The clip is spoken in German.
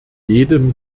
jedem